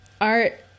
art